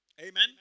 Amen